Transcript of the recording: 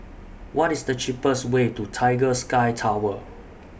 What IS The cheapest Way to Tiger Sky Tower